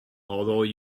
although